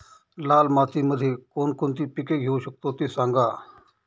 लाल मातीमध्ये कोणकोणती पिके घेऊ शकतो, ते सांगा